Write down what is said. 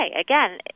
Again